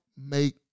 make